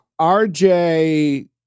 RJ